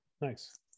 Nice